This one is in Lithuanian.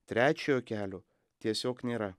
trečiojo kelio tiesiog nėra